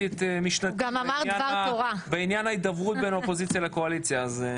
את משנתי בעניין ההידברות בין הקואליציה לאופוזיציה.